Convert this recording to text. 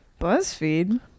buzzfeed